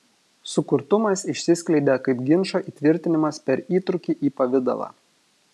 sukurtumas išsiskleidė kaip ginčo įtvirtinimas per įtrūkį į pavidalą